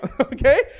Okay